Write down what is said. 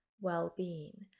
well-being